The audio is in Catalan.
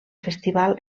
festival